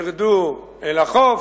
ירדו אל החוף,